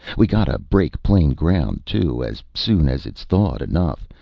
we gotta break plain ground, too, as soon as it's thawed enough.